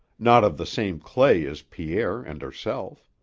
not of the same clay as pierre and herself.